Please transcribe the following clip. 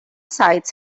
sites